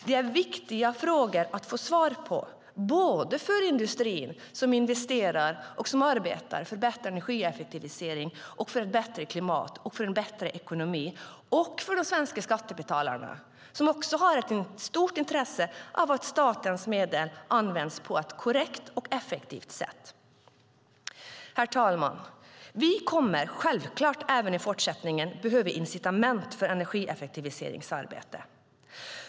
Det är viktiga frågor att få svar på, både för industrin, som investerar och arbetar för bättre energieffektivisering, klimat och ekonomi, och för de svenska skattebetalarna, som också har ett stort intresse av att statens medel används på ett korrekt och effektivt sätt. Herr talman! Vi kommer självklart även i fortsättningen att behöva incitament för energieffektiviseringsarbete.